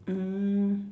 mm